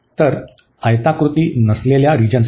तर आयताकृती नसलेल्या रिजनसाठी